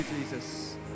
Jesus